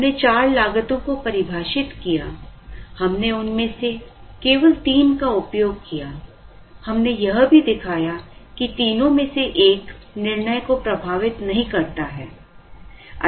हमने चार लागतों को परिभाषित किया हमने उनमें से केवल तीन का उपयोग किया हमने यह भी दिखाया कि तीनों में से एक निर्णय को प्रभावित नहीं करता है